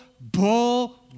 bull